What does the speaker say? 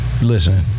Listen